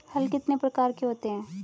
हल कितने प्रकार के होते हैं?